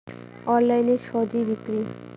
অনলাইনে স্বজি বিক্রি?